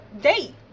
Date